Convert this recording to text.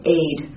aid